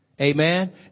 Amen